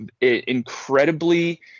incredibly